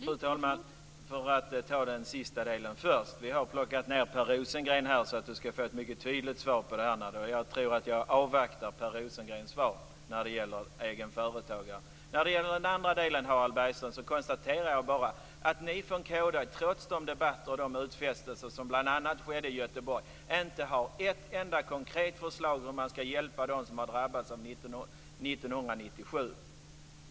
Fru talman! För att ta den sista delen först vill jag säga att vi har tagit hit Per Rosengren så att Harald Bergström skall få ett mycket tydligt svar på det här. Jag tror att jag avvaktar Per Rosengrens svar när det gäller egenföretagare. När det gäller den andra delen, Harald Bergström, konstaterar jag bara att ni från kd trots debatterna och de utfästelser som bl.a. skedde i Göteborg inte har ett enda konkret förslag på hur man skall hjälpa dem som har drabbats 1997.